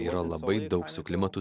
yra labai daug su klimatu